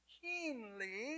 keenly